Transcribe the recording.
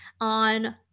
on